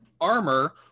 armor